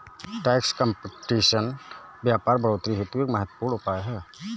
tax competition व्यापार बढ़ोतरी हेतु एक महत्वपूर्ण उपाय है